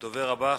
הדובר הבא,